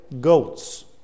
goats